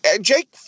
Jake